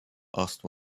asked